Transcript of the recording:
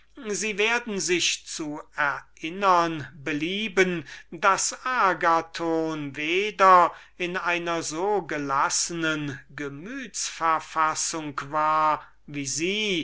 sie werden sich zu erinnern belieben daß agathon weder in einer so gelassenen gemütsverfassung war wie sie